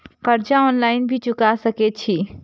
कर्जा ऑनलाइन भी चुका सके छी?